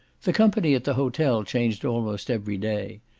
the company at the hotel changed almost every day.